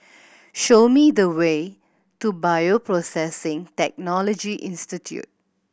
show me the way to Bioprocessing Technology Institute